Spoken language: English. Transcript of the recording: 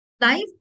Life